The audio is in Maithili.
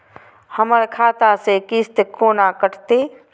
हमर खाता से किस्त कोना कटतै?